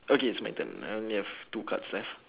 okay it's my turn I only have two cards left